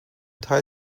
teil